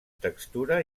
textura